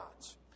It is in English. gods